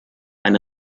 eine